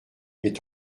est